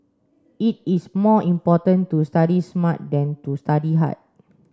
it is more important to study smart than to study hard